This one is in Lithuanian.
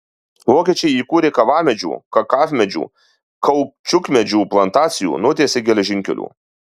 vokiečiai įkūrė kavamedžių kakavmedžių kaučiukmedžių plantacijų nutiesė geležinkelių